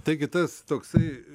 taigi tas toksai